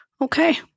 Okay